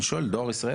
אני שואל, דואר ישראל?